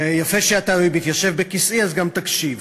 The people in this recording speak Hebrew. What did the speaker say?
יפה שאתה מתיישב בכיסאי, אז גם תקשיב.